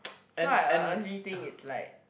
so I uh actually think it's like